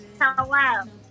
Hello